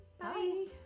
bye